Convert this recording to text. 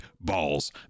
Balls